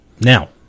Now